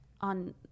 on